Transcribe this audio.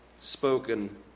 spoken